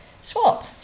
Swap